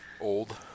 Old